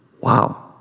Wow